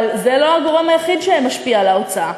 אבל זה לא הגורם היחיד שמשפיע על ההוצאה.